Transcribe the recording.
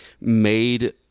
made